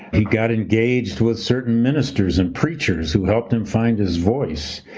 he got engaged with certain ministers and preachers who helped him find his voice.